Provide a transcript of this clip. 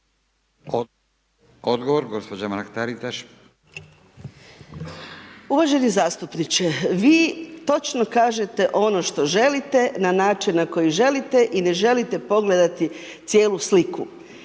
**Mrak-Taritaš, Anka (GLAS)** Uvaženi zastupniče, vi točno kažete ono što želite na način na koji želite i ne želite pogledati cijelu sliku.